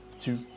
two